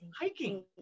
hiking